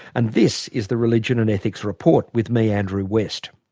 and this is the religion and ethics report with me, andrew west